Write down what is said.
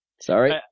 Sorry